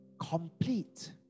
complete